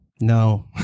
no